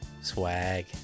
Swag